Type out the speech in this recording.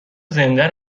زنده